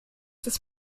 das